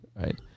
right